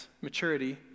maturity